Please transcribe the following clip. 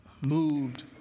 Moved